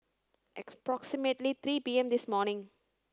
approximately three P M this morning